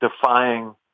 defying